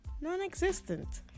non-existent